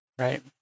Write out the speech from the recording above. Right